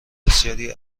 بسیاری